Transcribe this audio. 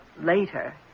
later